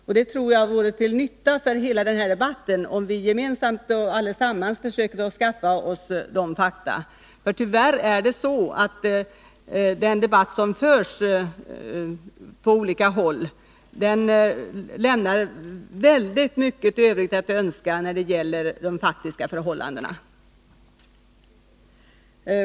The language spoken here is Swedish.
Jag tror att det vore till nytta för hela denna debatt, om vi gemensamt allesammans försökte skaffa oss sådana. Den debatt som förs på olika håll lämnar nämligen väldigt mycket övrigt att önska när det gäller de faktiska förhållandena.